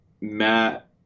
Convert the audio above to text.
Matt